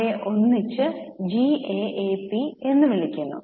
അവയെ ഒന്നിച്ച് GAAP എന്ന് വിളിക്കുന്നു